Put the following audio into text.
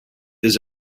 his